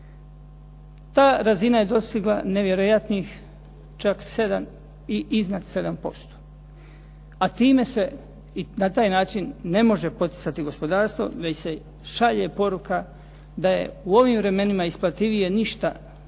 Ta razina je dostigla nevjerojatnih čak 7 i iznad 7%, a time se i na taj način ne može poticati gospodarstvo već se šalje poruka da je u ovim vremenima isplativije ništa ne